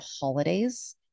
holidays